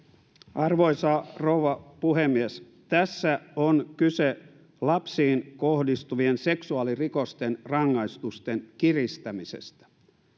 arvoisa rouva puhemies tässä on kyse lapsiin kohdistuvien seksuaalirikosten rangaistusten kiristämisestä